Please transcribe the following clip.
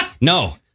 No